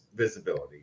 visibility